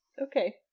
Okay